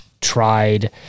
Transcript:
tried